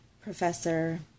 Professor